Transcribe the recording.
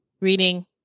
Reading